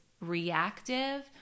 reactive